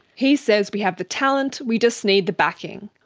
he says we have the talent, we just need the backing.